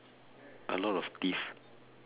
a lot of teeth